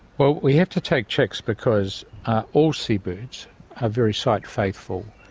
but we have to take chicks because all seabirds are very site faithful.